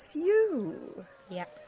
you yeah